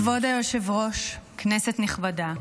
כבוד היושב-ראש, כנסת נכבדה,